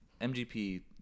MGP